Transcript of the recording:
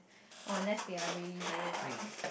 or unless they are really very right